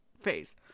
phase